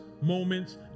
moments